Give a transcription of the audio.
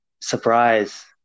surprise